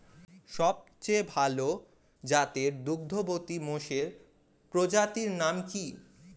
সবচেয়ে ভাল জাতের দুগ্ধবতী মোষের প্রজাতির নাম কি?